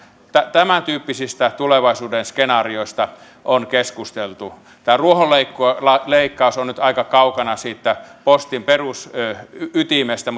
tämäntyyppisistä tulevaisuuden skenaarioista on keskusteltu tämä ruohonleikkaus on on nyt aika kaukana siitä postin perusytimestä